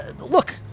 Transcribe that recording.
Look